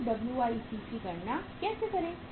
फिर WIP की गणना कैसे करें